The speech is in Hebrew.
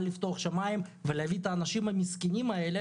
לפתוח את השמיים ולהביא את האנשים המסכנים האלה,